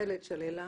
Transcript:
מנהלת של אלה